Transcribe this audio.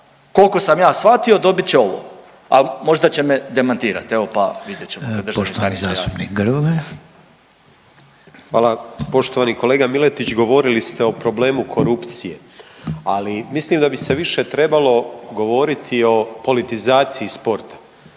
Koliko sam ja shvatio dobit će ovo, a možda će me demantirati evo pa vidjet ćemo. **Reiner, Željko (HDZ)** Poštovani zastupnik Grmoje. **Grmoja, Nikola (MOST)** Hvala. Poštovani kolega Miletić govorili ste o problemu korupcije. Ali mislim da bi se više trebalo govoriti o politizaciji sporta